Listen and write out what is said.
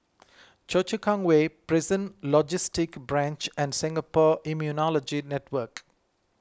Choa Chu Kang Way Prison Logistic Branch and Singapore Immunology Network